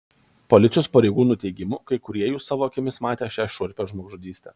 policijos pareigūnų teigimu kai kurie jų savo akimis matė šią šiurpią žmogžudystę